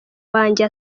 wanjye